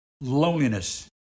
loneliness